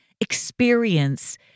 experience